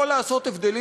יכול לעשות הבדלים